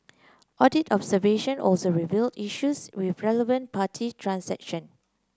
audit observation also revealed issues with relevant party transaction